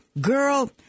Girl